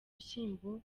bishyimbo